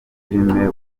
filime